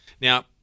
Now